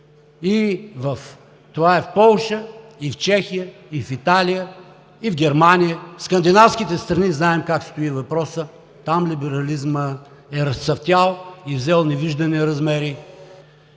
съюз – в Полша, в Чехия, в Италия и в Германия. В скандинавските страни знаем как стои въпросът – там либерализмът е разцъфтял и взел невиждани размери.